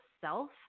self